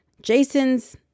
Jason's